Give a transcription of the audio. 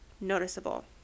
noticeable